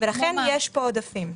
לכן יש פה עודפים.